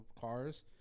cars